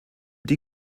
die